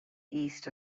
east